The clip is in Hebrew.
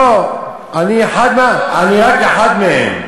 אני רק אחד מהם.